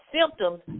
Symptoms